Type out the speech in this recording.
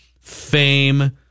fame